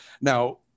Now